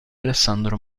alessandro